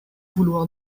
vouloir